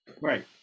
right